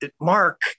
Mark